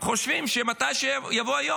וחושבים שמתי שיבוא היום,